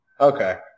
Okay